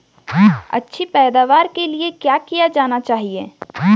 अच्छी पैदावार के लिए क्या किया जाना चाहिए?